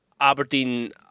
Aberdeen